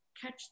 catch